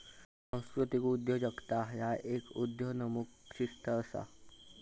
सांस्कृतिक उद्योजकता ह्य एक उदयोन्मुख शिस्त असा